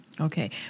Okay